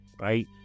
right